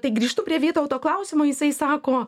tai grįžtu prie vytauto klausimo jisai sako